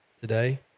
today